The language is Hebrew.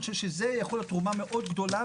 אני חושב שזאת יכולה להיות תרומה מאוד גדולה.